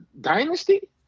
dynasty